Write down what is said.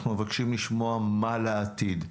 אנחנו מבקשים לשמוע מה לעתיד.